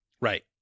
Right